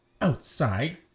Outside